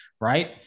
right